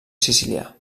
sicilià